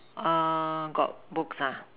uh got books ah